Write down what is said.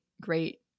great